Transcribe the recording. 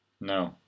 No